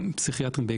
בעיקר פסיכיאטרים,